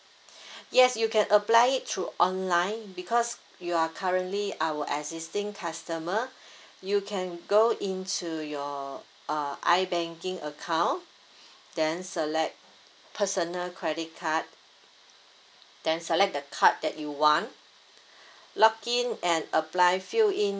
yes you can apply it through online because you are currently our existing customer you can go into your uh I banking account then select personal credit card then select the card that you want log in and apply fill in